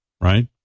Right